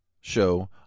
show